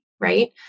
right